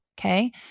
Okay